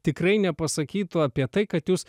tikrai nepasakytų apie tai kad jūs